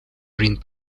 print